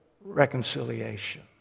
reconciliation